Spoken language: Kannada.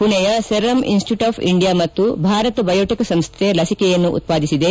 ಪುಣೆಯ ಸೆರಮ್ ಇನ್ನಿಟಿಟ್ಲೂಟ್ ಆಫ್ ಇಂಡಿಯಾ ಮತ್ತು ಭಾರತ್ ಬಯೋಟೆಕ್ ಸಂಸ್ಟೆ ಲಸಿಕೆಯನ್ನು ಉತ್ಪಾದಿಸಿದೆ